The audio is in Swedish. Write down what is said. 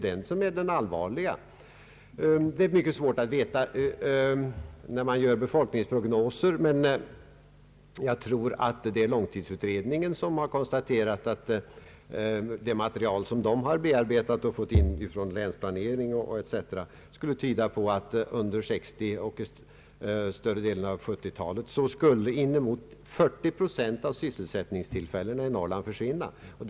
Det är mycket svårt att göra exakta befolkningsprognoser. = Långtidsutredningen och det material från länsplaneringen som man bearbetat tyder på att inemot 40 procent av sysselsättningstillfällena i Norrland försvinner under 1960 och 1970-talen.